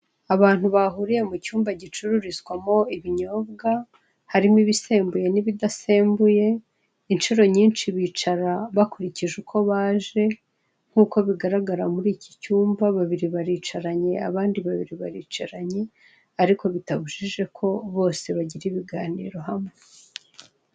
Abantu bahuriye mu cyumba gicururizwamo ibinyobwa, harimo ibisembuye n'ibidasembuye inshuro nyinshi bicara bakurikije uko baje nk'uko bigaragara muri iki cyumba babiri baricaranye, abandi babiri baricaranye ariko bitabujije ko bose bagira ibiganiro hamwe.